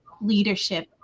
leadership